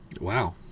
Wow